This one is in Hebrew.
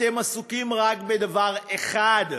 אתם עסוקים רק בדבר אחד: